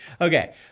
Okay